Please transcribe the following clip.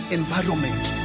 environment